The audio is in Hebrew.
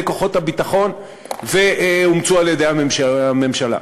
כוחות הביטחון ואומצו על-ידי הממשלה,